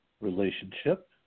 relationship